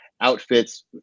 outfits